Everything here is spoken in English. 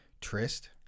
Trist